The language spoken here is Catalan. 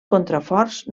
contraforts